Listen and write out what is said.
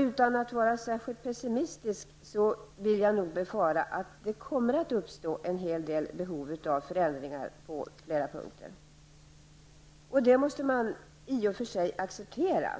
Utan att vara särskilt pessimistisk befarar jag att det kommer att uppstå en hel del behov av förändringar på flera punkter. Detta måste man i och för sig acceptera